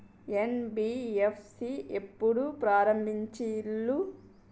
NBFC ఎప్పుడు ప్రారంభించిల్లు?